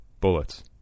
bullets